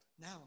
now